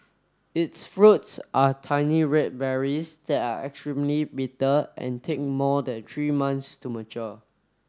its fruits are tiny red berries that are actually bitter and take more than three months to mature